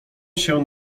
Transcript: się